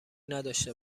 نداشته